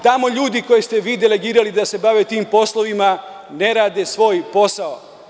Tamo ljudi koje ste vi delegirali da se bave tim poslovima ne rade svoj posao.